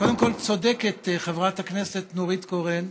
קודם כול, צודקת חברת הכנסת נורית קורן.